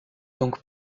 donc